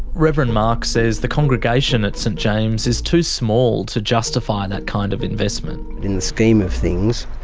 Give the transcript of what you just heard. reverend mark says the congregation at st james is too small to justify that kind of investment. in the scheme of things,